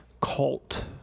cult